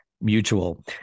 mutual